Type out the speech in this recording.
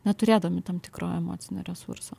neturėdami tam tikro emocinio resurso